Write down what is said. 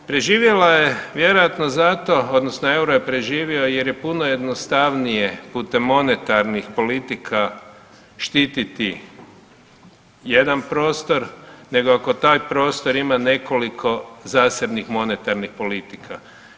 Preživjela je vjerojatno zato odnosno EUR-o je preživio jer je puno jednostavnije putem monetarnih politika štititi jedan prostor nego ako taj prostor ima nekoliko zasebnih monetarnih politika.